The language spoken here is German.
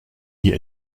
hier